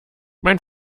mein